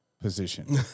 position